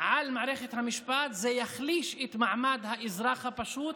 על מערכת המשפט יחלישו את מעמד האזרח הפשוט,